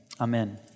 Amen